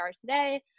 today